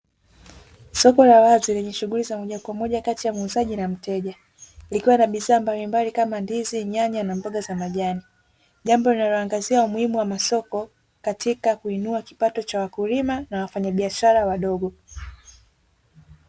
Soko la wazi lenye shughuli za moja kwa moja kati ya muuzaji na mteja, likiwa na bidhaa mbalimbali kama ndizi, nyanya na mboga za majani, jambo linalo angazia umuhimu wa masoko katika kuinua kipato cha wakulima na wafanya biashara wadogo.